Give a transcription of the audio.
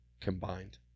combined